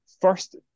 first